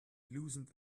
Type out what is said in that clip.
loosened